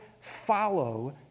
follow